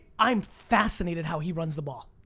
i am fascinated how he runs the ball.